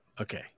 Okay